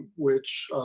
which